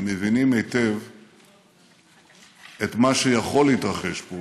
הם מבינים היטב את מה שיכול להתרחש פה